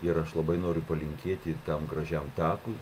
ir aš labai noriu palinkėti tam gražiam takui